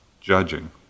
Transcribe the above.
judging